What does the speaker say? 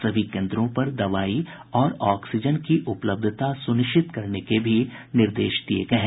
सभी केन्द्रों पर दवाई और ऑक्सीजन की उपलब्धता सुनिश्चित करने के भी निर्देश दिये गये हैं